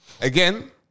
again